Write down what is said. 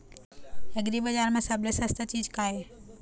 एग्रीबजार म सबले सस्ता चीज का ये?